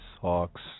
Hawks